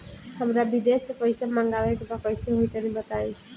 हमरा विदेश से पईसा मंगावे के बा कइसे होई तनि बताई?